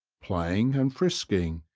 playing and frisking,